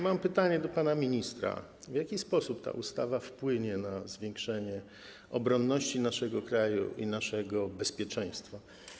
Mam pytanie do pana ministra: W jaki sposób ta ustawa wpłynie na zwiększenie obronności naszego kraju i naszego bezpieczeństwa?